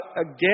again